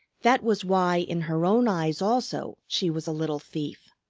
that was why in her own eyes also she was a little thief.